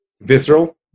visceral